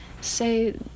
say